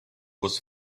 was